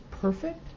perfect